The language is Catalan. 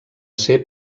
ser